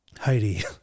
Heidi